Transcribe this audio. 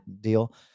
deal